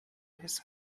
his